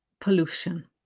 pollution